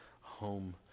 home